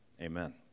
Amen